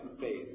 faith